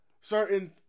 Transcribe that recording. certain